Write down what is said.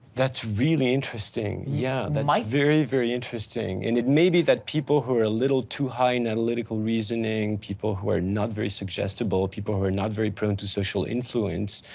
that's really interesting. yeah, that might very, very interesting. and it may be that people who are a little too high in analytical reasoning, people who are not very suggestible, people who are not very prone to social influence,